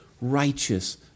righteous